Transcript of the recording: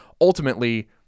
ultimately